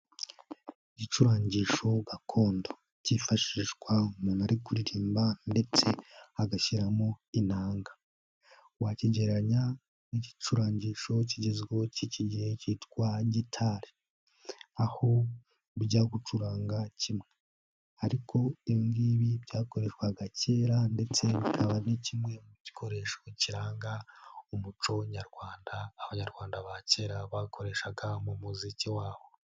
Igicurangisho gakondo cyifashishwa umuntu ari kuririmba ndetse agashyiramo inanga. Wakigereranya nk'igicurangisho kigezweho cy'iki gihe cyitwa gitari. Aho bijya gucuranga kimwe. Ariko ibi ngibi byakorerwaga kera ndetse kikaba ari kimwe mu gikoresho kiranga umuco nyarwanda, abanyarwanda ba kera bakoreshaga mu muziki wabo.